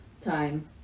time